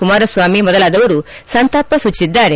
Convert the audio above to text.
ಕುಮಾರಸ್ವಾಮಿ ಮೊದಲಾದವರು ಸಂತಾಪ ಸೂಚಿಸಿದ್ದಾರೆ